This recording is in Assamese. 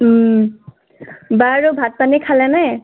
বাৰু ভাত পানী খালেনে